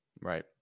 Right